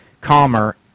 calmer